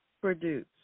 produce